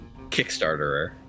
Kickstarterer